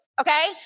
Okay